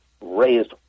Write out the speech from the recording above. raised